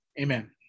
Amen